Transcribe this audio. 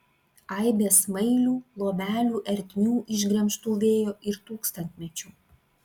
aibė smailių lomelių ertmių išgremžtų vėjo ir tūkstantmečių